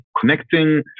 connecting